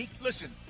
listen